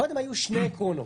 קודם היו שני עקרונות: